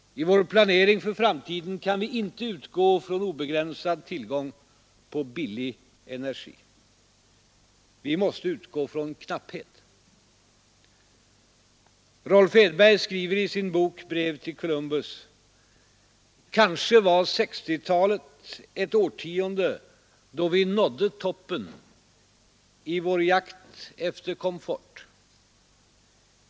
I vår planering för framtiden kan vi inte utgå från obegränsad tillgång på billig energi. Vi måste utgå från knapphet. Rolf Edberg skriver i sin bok Brev till Columbus: ”Kanske var 1960-talet ett årtionde då vi nådde toppen i vår jakt efter komfort.